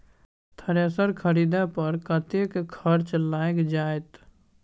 Thresher खरीदे पर कतेक खर्च लाईग जाईत?